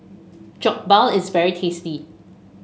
Jokbal is very tasty